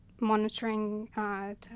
monitoring